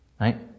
Right